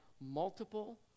multiple